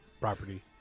property